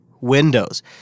Windows –